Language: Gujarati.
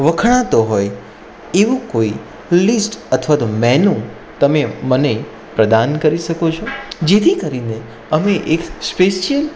વખણાતો હોય એવું કોઈ લિસ્ટ અથવા તો મેનૂ તમે મને પ્રદાન કરી શકો છો જેથી કરીને અમે એક સ્પેશિયલ